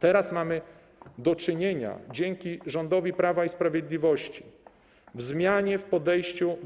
Teraz mamy do czynienia dzięki rządowi Prawa i Sprawiedliwości ze zmianą w podejściu